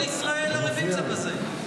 כל ישראל ערבים זה לזה.